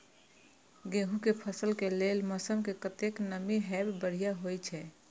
गेंहू के फसल के लेल मौसम में कतेक नमी हैब बढ़िया होए छै?